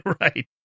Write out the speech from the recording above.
Right